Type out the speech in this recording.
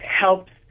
helps